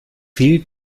viel